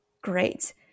Great